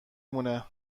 مونه